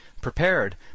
Prepared